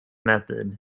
method